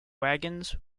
wagons